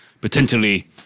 potentially